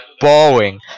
boring